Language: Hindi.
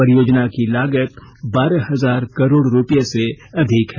परियोजना की लागत बारह हजार करोड़ रुपये से अधिक है